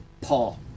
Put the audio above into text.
Paul